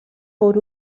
por